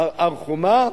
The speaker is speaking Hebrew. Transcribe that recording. בהר-חומה,